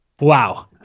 Wow